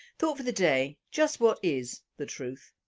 thought for the day just what is the truth?